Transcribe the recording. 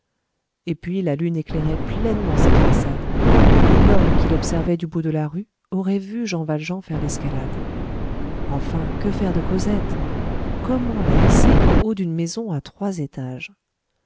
et puis la lune éclairait pleinement cette façade et l'homme qui l'observait du bout de la rue aurait vu jean valjean faire l'escalade enfin que faire de cosette comment la hisser au haut d'une maison à trois étages